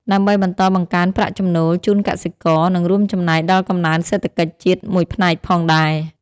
ដើម្បីបន្តបង្កើនប្រាក់ចំណូលជូនកសិករ និងរួមចំណែកដល់កំណើនសេដ្ឋកិច្ចជាតិមួយផ្នែកផងដែរ។